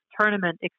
tournament